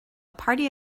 party